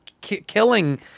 killing